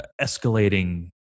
escalating